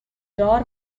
دار